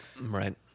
Right